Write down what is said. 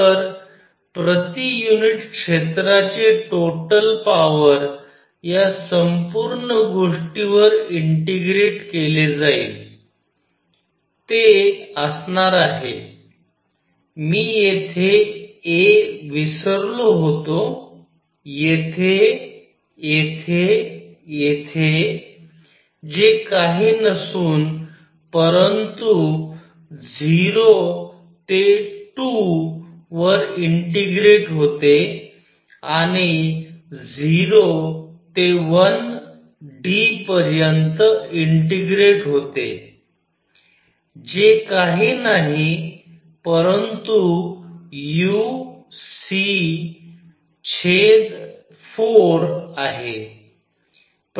तर प्रति युनिट क्षेत्राचे टोटल पॉवर या संपूर्ण गोष्टीवर इंटिग्रेट केली जाईल ते असणार आहे मी येथे a विसरलो होतो येथे येथे येथे जे काही नाही नसून परंतु 0 ते 2 वर इंटिग्रेट होते आणि 0 ते 1 d पर्यंत इंटिग्रेट होते जे काही नाही परंतु uc 4 आहे